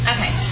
Okay